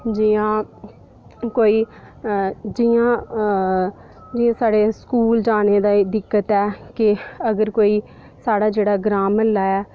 जि'यां कोई जि'यां जि'यां साढ़े स्कूल जाने दा एह्बी दिक्कत ऐ अगर कोई साढ़ा जेह्ड़ा ग्रांऽ म्हल्ला ऐ